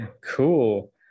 Cool